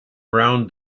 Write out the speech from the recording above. around